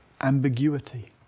ambiguity